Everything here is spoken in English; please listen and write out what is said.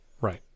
right